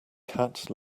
cat